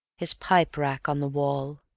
his pipe-rack on the wall,